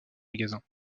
magasins